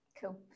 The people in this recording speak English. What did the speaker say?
cool